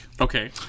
Okay